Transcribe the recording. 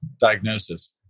diagnosis